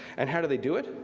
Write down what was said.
and how do they do it?